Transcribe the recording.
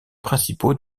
principaux